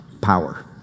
power